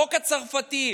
החוק הצרפתי,